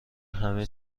همه